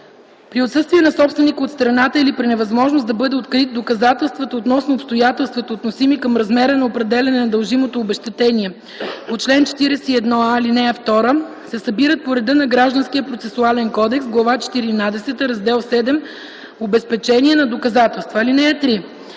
При отсъствие на собственика от страната или при невъзможност да бъде открит доказателствата относно обстоятелствата, относими към размера на определяне на дължимото обезщетение по чл. 41а, ал. 2, се събират по реда на Гражданския процесуален кодекс, глава четиринадесета, раздел VII „Обезпечение на доказателства”.